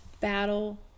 battle